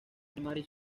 primaria